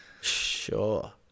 Sure